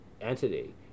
entity